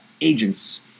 agents